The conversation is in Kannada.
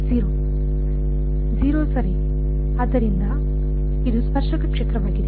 0 ಸರಿ ಆದ್ದರಿಂದ ಇದು ಸ್ಪರ್ಶಕ ಕ್ಷೇತ್ರವಾಗಿದೆ